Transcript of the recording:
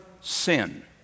sin